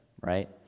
right